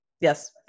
Yes